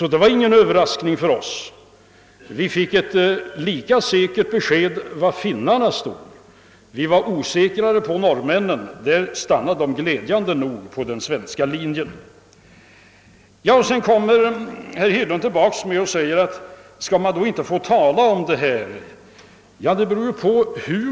Detta var alltså ing «en överraskning för oss. Ett lika bestämt besked fick vi om var finnarna stod. För norrmännens del var detta osäkrare, men glädjande nog stannade de för den svenska linjen. Herr Hedlund frågade, om man inte får tala om dessa ting. Ja, det beror på hur,